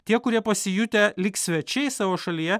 tie kurie pasijutę lyg svečiai savo šalyje